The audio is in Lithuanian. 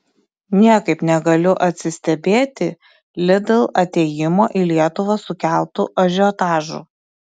niekaip negaliu atsistebėti lidl atėjimo į lietuvą sukeltu ažiotažu